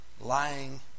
lying